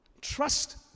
Trust